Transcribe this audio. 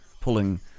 pulling